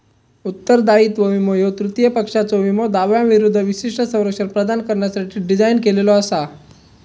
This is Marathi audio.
उत्तरदायित्व विमो ह्यो तृतीय पक्षाच्यो विमो दाव्यांविरूद्ध विशिष्ट संरक्षण प्रदान करण्यासाठी डिझाइन केलेला असा